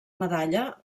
medalla